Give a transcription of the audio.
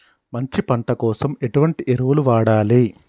మంచి పంట కోసం ఎటువంటి ఎరువులు వాడాలి?